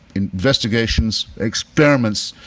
investigations, experiments,